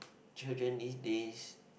children these days